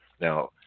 Now